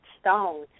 stone